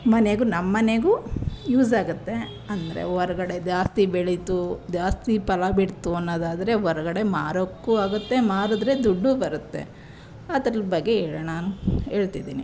ಮನೆಗೂ ನಮ್ಮ ಮನೆಗೂ ಯೂಸಾಗುತ್ತೆ ಅಂದರೆ ಹೊರ್ಗಡೆ ಜಾಸ್ತಿ ಬೆಳೀತು ಜಾಸ್ತಿ ಫಲ ಬಿಡ್ತು ಅನ್ನೋದಾದರೆ ಹೊರ್ಗಡೆ ಮಾರೋಕ್ಕೂ ಆಗುತ್ತೆ ಮಾರಿದ್ರೆ ದುಡ್ಡು ಬರುತ್ತೆ ಅದ್ರ ಬಗ್ಗೆ ಹೇಳೋಣ ಹೇಳ್ತಿದ್ದೀನಿ